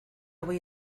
voy